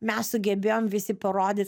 mes sugebėjom visi parodyt